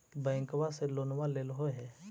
बैंकवा से लोनवा लेलहो हे?